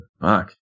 Fuck